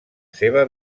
seva